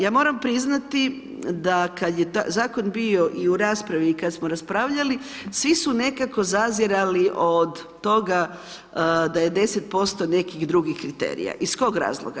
Ja moram priznati da kad je zakon bio i u raspravi i kad smo raspravljali, svi su nekako zazirali od toga da je 10% nekih drugih kriterija, iz kog razloga?